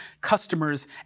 customers